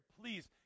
please